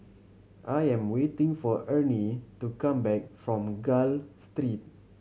I am waiting for Ernie to come back from Gul Street